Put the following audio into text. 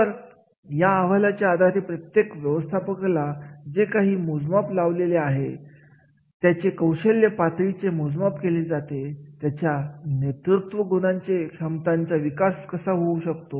तर या अहवालाच्या आधारे प्रत्येक व्यवस्थापकाला जे काही मोजमाप लावलेले आहे त्यांच्या कौशल्य पातळीचे मोजमाप केले आहे त्यांच्या नेतृत्वगुण क्षमतांचा विकास केला जाऊ शकतो